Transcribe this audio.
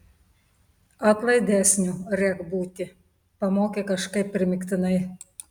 atlaidesniu rek būti pamokė kažkaip primygtinai